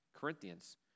Corinthians